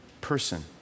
person